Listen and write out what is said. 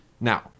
Now